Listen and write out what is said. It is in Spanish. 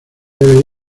debe